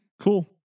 Cool